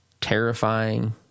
terrifying